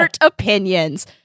opinions